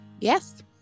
Yes